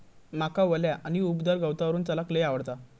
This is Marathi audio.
माका वल्या आणि उबदार गवतावरून चलाक लय आवडता